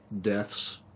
deaths